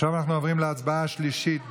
עכשיו אנחנו עוברי להצבעה השלישית,